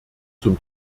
zum